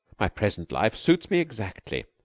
my present life suits me exactly.